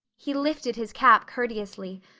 he lifted his cap courteously,